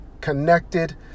connected